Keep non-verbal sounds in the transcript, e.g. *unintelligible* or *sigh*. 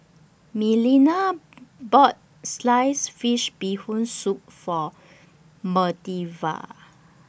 Melina bought Sliced Fish Bee Hoon Soup For *unintelligible*